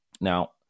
Now